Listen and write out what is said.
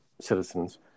citizens